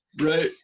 Right